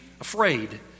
afraid